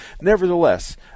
nevertheless